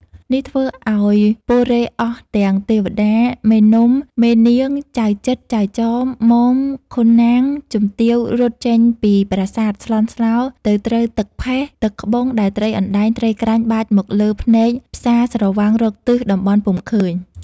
នេះធ្វើឱ្យពលរេហ៍អស់ ទាំងទេវតា មេនំ មេនាង ចៅជិត ចៅចម ម៉ម ខុនណាងជំទាវ រត់ចេញពីប្រាសាទ ស្លន់ស្លោទៅត្រូវទឹកផេះ ទឹកក្បុងដែលត្រីអណ្តែងត្រីក្រាញ់បាចមកលើភ្នែកផ្សាស្រវាំងរកទិសតំបន់ពុំឃើញ។